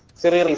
zero i mean